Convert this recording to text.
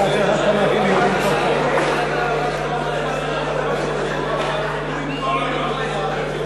חוץ וביטחון בעניין הכרזה על מצב